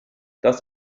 das